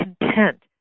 content